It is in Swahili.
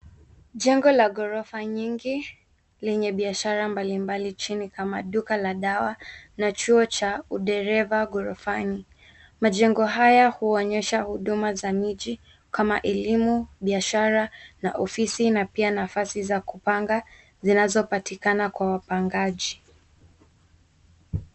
Jengo la ghorofa nyingi lenye biashara mbalimbali chini kama duka la dawa na chuo cha udereva ghorofani. Majengo haya huonyesha huduma za miji kama elimu, biashara na ofisi na pia nafasi za kupanga zinazopatikana kwa wapangaji.